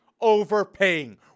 overpaying